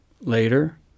later